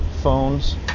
phones